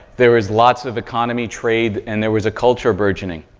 there was lots of economy, trade, and there was a culture burgeoning,